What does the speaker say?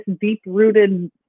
deep-rooted